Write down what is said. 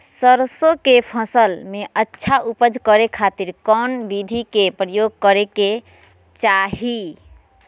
सरसों के फसल में अच्छा उपज करे खातिर कौन विधि के प्रयोग करे के चाही?